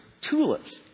tulips